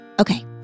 Okay